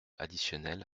additionnel